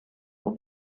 will